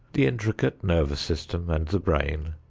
the intricate nervous system and the brain,